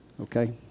Okay